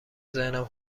ذهنم